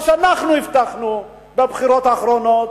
מה שאנחנו הבטחנו בבחירות האחרונות,